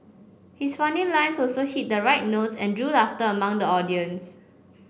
his funny lines also hit the right notes and drew laughter among the audience